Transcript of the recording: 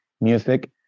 music